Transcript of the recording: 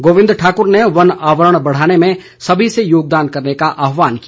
गोविंद ठाकुर ने वन आवरण बढ़ाने में सभी से योगदान करने का आहवान किया